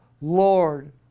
Lord